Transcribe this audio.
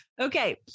Okay